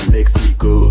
Mexico